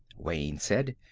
wayne said,